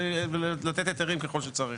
ולתת היתרים ככל שצריך.